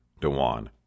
Dewan